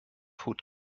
hood